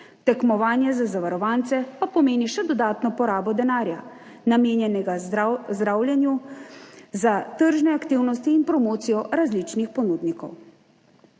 Tekmovanje za zavarovance pa pomeni še dodatno porabo denarja, namenjenega zdravljenju, za tržne aktivnosti in promocijo različnih ponudnikov.